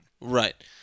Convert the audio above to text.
right